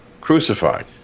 crucified